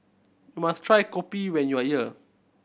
you must try kopi when you are here